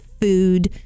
food